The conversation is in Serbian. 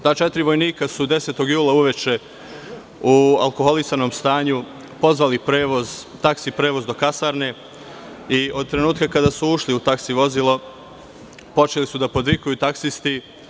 Ta četiri vojnika su 10. jula uveče u alkoholisanom stanju pozvali taksi prevoz do kasarne i od trenutka kada su ušli u taksi vozilo, počeli su da podvikuju taksisti.